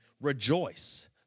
rejoice